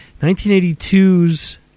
1982s